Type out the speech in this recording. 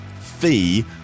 fee